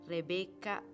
Rebecca